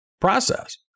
process